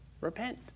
Repent